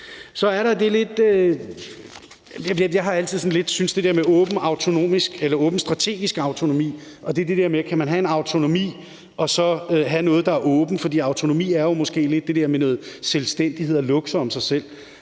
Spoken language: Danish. jeg tro. Så er der det der med åben strategisk autonomi, altså det med, om man kan have en autonomi og så have noget, der er åbent, for autonomi er jo måske lidt noget med selvstændighed og at lukke sig om sig selv.